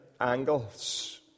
angles